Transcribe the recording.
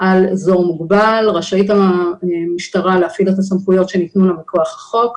על אזור מוגבל רשאית המשטרה להפעיל את הסמכויות שניתנו לה מכוח החוק.